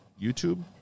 YouTube